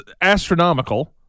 astronomical